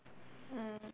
mm